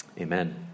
amen